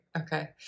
Okay